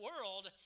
world